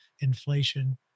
inflation